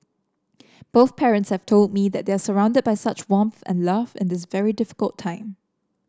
both parents have told me that they are surrounded by such warmth and love in this very difficult time